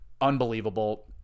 unbelievable